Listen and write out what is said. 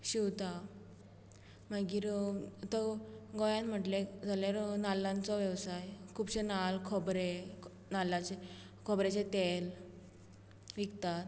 शिंवता मागीर आतां गोंयांत म्हटलें जाल्यार नाल्लांचो वेवसाय खुबशे नाल्ल खोबरें नाल्लाचें खोबऱ्याचें तेल विकतात